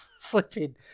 Flipping